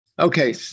Okay